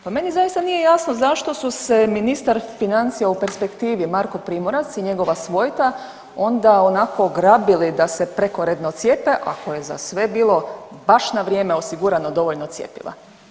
Pa meni zaista nije jasno zašto su se ministar financija u perspektivi Marko Primorac i njegova svojta onda onako grabili da se prekoredno cijepe, ako je za sve bilo baš na vrijeme osigurano dovoljno cjepiva?